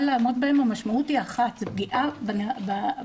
לעמוד בהם המשמעות היא אחת הפגיעה בילדים,